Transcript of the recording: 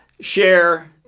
share